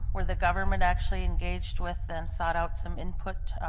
where the government actually engaged with and sought out some input.